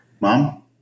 Mom